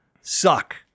suck